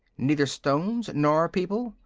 neither stones nor people?